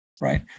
right